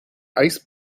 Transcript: ice